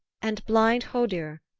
and blind hodur,